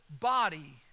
body